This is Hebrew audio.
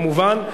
כמובן,